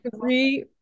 three